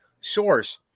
source